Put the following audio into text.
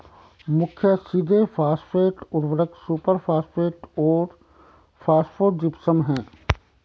मुख्य सीधे फॉस्फेट उर्वरक सुपरफॉस्फेट और फॉस्फोजिप्सम हैं